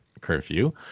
curfew